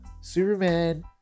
Superman